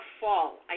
fall